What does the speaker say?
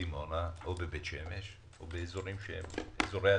בדימונה או בבית שמש או באזורי עדיפות,